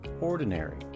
ordinary